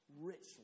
richly